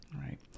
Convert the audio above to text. right